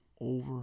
over